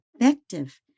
effective